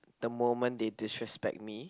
the moment they disrespect me